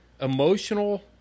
emotional